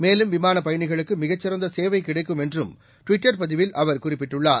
மேலும் விமானப் பயணிகளுக்கு மிகச் சிறந்த சேவை கிடைக்கும் என்றும் ட்விட்டர் பதிவில் அவர் குறிப்பிட்டுள்ளார்